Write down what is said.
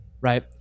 right